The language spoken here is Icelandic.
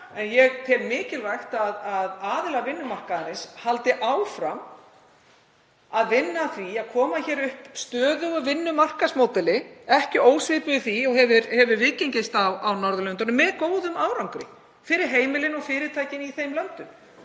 en ég tel mikilvægt að aðilar vinnumarkaðarins haldi áfram að vinna að því að koma upp stöðugu vinnumarkaðsmódeli, ekki ósvipuðu því og hefur viðgengist á Norðurlöndunum með góðum árangri fyrir heimilin og fyrirtækin í þeim löndum.